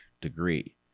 degree